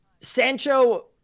Sancho